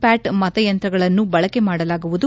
Pat ಮತಯಂತ್ರಗಳನ್ನು ಬಳಕೆ ಮಾಡಲಾಗುವುದು